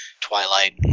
twilight